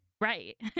Right